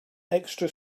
extra